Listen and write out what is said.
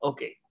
Okay